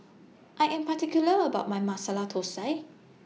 I Am particular about My Masala Thosai